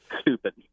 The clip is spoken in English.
stupid